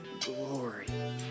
glory